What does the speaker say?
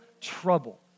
trouble